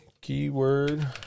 keyword